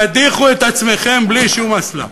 תדיחו את עצמכם בלי שום אסלה.